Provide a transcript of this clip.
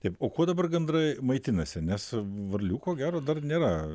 taip o kuo dabar gandrai maitinasi nes varlių ko gero dar nėra